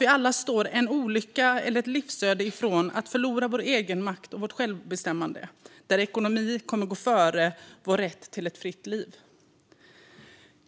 Vi står alla en olycka eller ett livsöde ifrån att förlora vår egenmakt och vårt självbestämmande och där ekonomi går före vår rätt till ett fritt liv.